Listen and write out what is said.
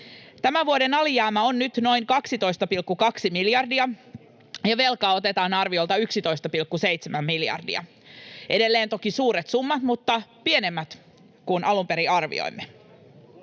Tämän vuoden alijäämä on nyt noin 12,2 miljardia, ja velkaa otetaan arviolta 11,7 miljardia — edelleen toki suuret summat mutta pienemmät kuin alun perin arvioimme.